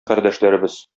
кардәшләребез